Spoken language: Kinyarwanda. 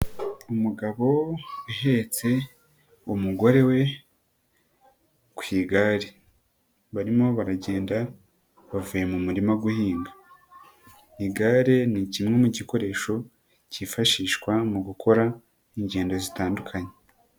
Umugabo uhetse umugore we ku igare. Barimo baragenda bavuye mu murima guhinga. Igare ni kimwe mu gikoresho kifashishwa mu gukora ingendo zitandukanye.